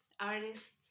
artists